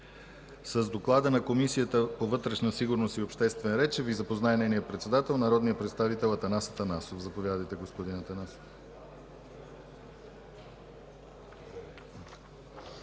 С доклада на Комисията по вътрешна сигурност и обществен ред ще ни запознае нейният председател народният представител Атанас Атанасов. Заповядайте, господин Атанасов.